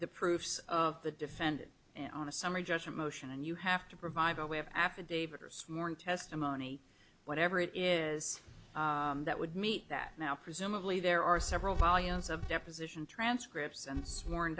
the proofs of the defendant on a summary judgment motion and you have to provide a way of affidavit testimony whatever it is that would meet that now presumably there are several volumes of deposition transcripts and sworn